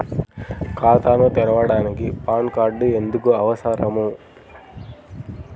ఖాతాను తెరవడానికి PAN card ఎందుకు అవసరము?